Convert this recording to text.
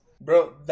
Bro